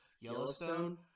Yellowstone